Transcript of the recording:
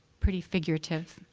pretty figurative